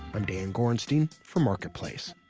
i'm dan gorenstein for marketplace